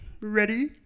Ready